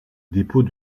dépôt